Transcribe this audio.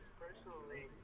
personally